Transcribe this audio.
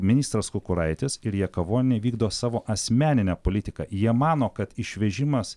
ministras kukuraitis ir jakavonienė vykdo savo asmeninę politiką jie mano kad išvežimas